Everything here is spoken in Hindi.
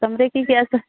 कमरे की क्या